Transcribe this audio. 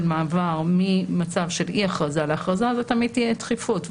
מעבר ממצב של אי הכרזה להכרזה זה תמיד יהיה דחיפות.